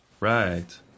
Right